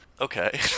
Okay